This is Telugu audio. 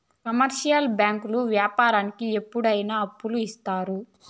కమర్షియల్ బ్యాంకులు వ్యాపారానికి ఎప్పుడు అయిన అప్పులు ఇత్తారు